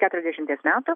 keturiasdešimties metų